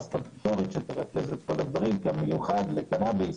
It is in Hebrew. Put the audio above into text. אלה הכול דרישות, שלא קיימות בשום תחום אחר,